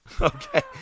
Okay